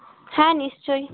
হ্যাঁ নিশ্চয়ই